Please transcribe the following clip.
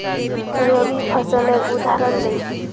रवि फसलेर उदहारण दे?